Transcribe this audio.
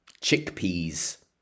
chickpeas